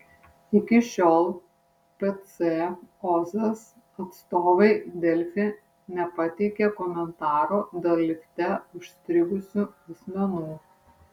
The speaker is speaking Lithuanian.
iki šiol pc ozas atstovai delfi nepateikė komentaro dėl lifte užstrigusių asmenų